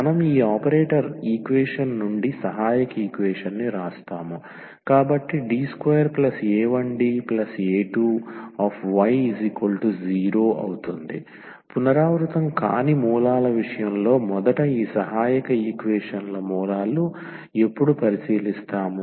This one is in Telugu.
మనం ఈ ఆపరేటర్ ఈక్వేషన్ నుండి సహాయక ఈక్వేషన్ ని వ్రాస్తాము కాబట్టిD2a1Da2y0 పునరావృతం కాని మూలాల విషయంలో మొదట ఈ సహాయక ఈక్వేషన్ ల మూలాలు ఎప్పుడు పరిశీలిస్తాము